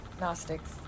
Gnostics